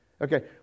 Okay